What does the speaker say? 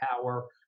power